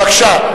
בבקשה.